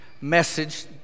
message